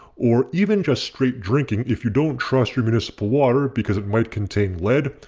or even just straight drinking if you don't trust your municipal water because it might contain lead,